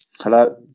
Hello